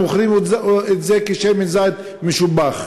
והם מוכרים את זה כשמן זית משובח.